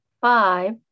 Five